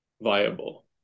viable